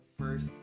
first